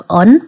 on